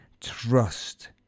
trust